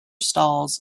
stalls